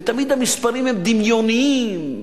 ותמיד המספרים הם דמיוניים: